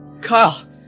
Kyle